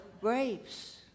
grapes